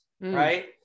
right